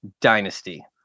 Dynasty